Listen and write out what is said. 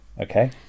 Okay